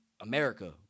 America